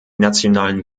nationalen